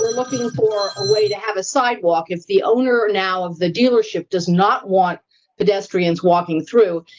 looking for a way to have a sidewalk is the owner now of the dealership does not want pedestrians walking through.